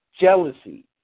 jealousy